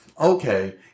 okay